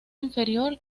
inferior